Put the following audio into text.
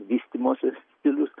vystymosi stilius